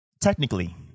technically